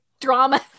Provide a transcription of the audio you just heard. drama